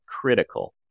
critical